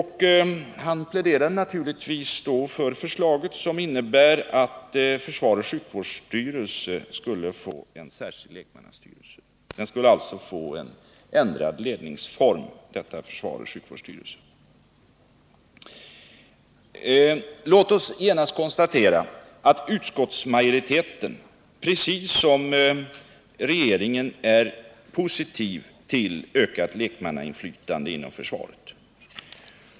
Han pläderade naturligtvis för detta förslag, som innebär att försvarets sjukvårdsstyrelse skulle få en särskild lekmannastyrelse — alltså en ändrad ledningsform. Låt oss först konstatera att utskottsmajoriteten precis som regeringen är positiv till ökat lekmannainflytande inom försvaret.